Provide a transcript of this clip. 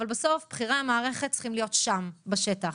אבל בסוף בכירי המערכת צריכים להיות שם בשטח.